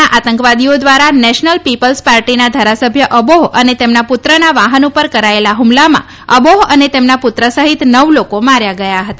ના આતંકવાદીઓ દ્વારા નેશનલ પીપલ્સ પાર્ટીના ધારાસભ્ય અબોહ અને તેમના પુત્રના વાહન પર કરાયેલા હૂમલામાં અબોહ અને તેમના પુત્ર સહિત નવ લોકો માર્યા ગયા હતા